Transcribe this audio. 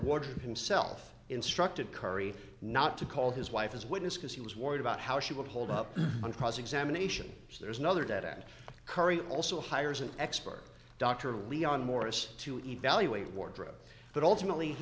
water himself instructed curry not to call his wife as witness because he was worried about how she would hold up on cross examination so there's another debt at curry also hires an expert dr leon morris to evaluate wardrobe but ultimately he